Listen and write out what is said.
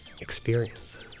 experiences